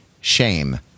shame